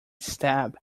stab